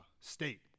state